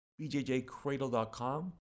bjjcradle.com